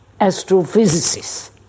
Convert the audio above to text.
astrophysicists